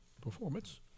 performance